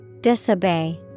Disobey